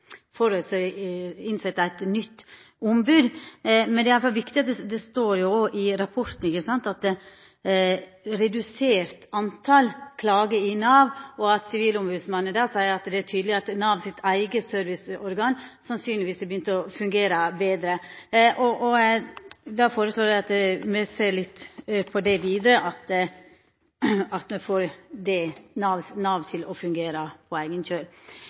for å innsetja eit nytt ombod. Det står òg i rapporten at talet på klagar på Nav er redusert, og Sivilombodsmannen seier at det er tydeleg at Nav sitt eige serviceorgan har begynt å fungera betre. Da føreslår eg at me ser litt på det vidare om me får Nav til å fungera på eigen kjøl.